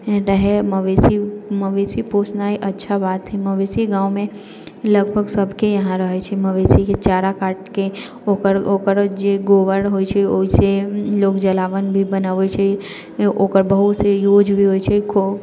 रहै मवेशी मवेशी पोषनाय अच्छा बात है मवेशी गाँवमे लगभग सबके यहाँ रहै छै मवेशीके चारा काटिके ओकर ओकर जे गोबर होइ छै ओइसँ लोग जलावन भी बनाबै छै ओकर बहुत ही यूज भी होइ छै